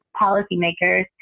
policymakers